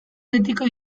betiko